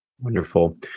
Wonderful